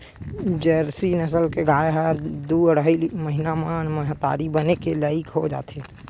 Jersey नसल के गाय ह दू अड़हई महिना म महतारी बने के लइक हो जाथे